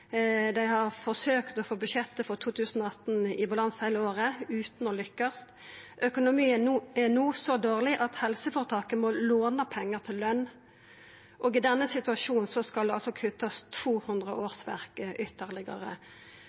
dei har forsøkt å få budsjettet for 2018 i balanse heile året, utan å lukkast. Økonomien er no så dårleg at helseføretaket må låna pengar til løn. I